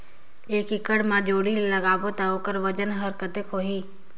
एक एकड़ मा जोणी ला लगाबो ता ओकर वजन हर कते होही?